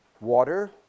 water